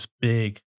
big